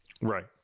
Right